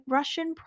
Russian